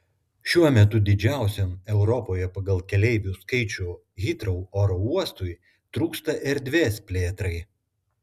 šiuo metu didžiausiam europoje pagal keleivių skaičių hitrou oro uostui trūksta erdvės plėtrai